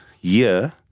year –